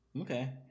Okay